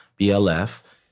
BLF